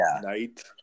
night